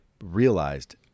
realized